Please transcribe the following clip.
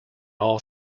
all